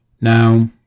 now